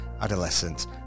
adolescents